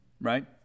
right